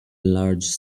large